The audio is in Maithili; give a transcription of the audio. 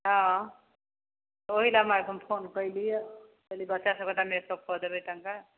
हँ ओहि लए हम फोन कैली यऽ कहली बच्चा सबके मेकअप कऽ देबै तनिका